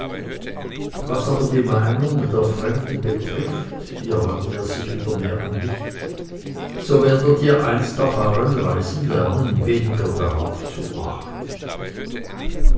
was aber die meinung der fremden betrifft hier wandte er sich wieder mehr an mich so werdet ihr einst auf euren reisen lernen weniger darauf zu achten